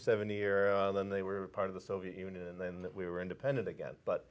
seventy than they were part of the soviet union and then that we were independent again but